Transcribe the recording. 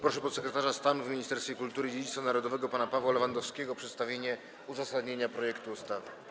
Proszę podsekretarza stanu w Ministerstwie Kultury i Dziedzictwa Narodowego pana Pawła Lewandowskiego o przedstawienie uzasadnienia projektu ustawy.